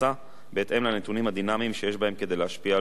בהתאם לנתונים הדינמיים שיש בהם כדי להשפיע על שיעורו,